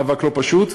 מאבק לא פשוט.